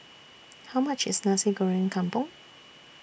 How much IS Nasi Goreng Kampung